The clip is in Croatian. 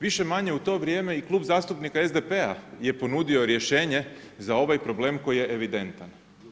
Više-manje u to vrijeme i Klub zastupnika SDP-a je ponudio rješenje za ovaj problem koji je evidentan.